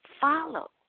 Follow